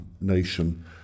nation